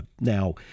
now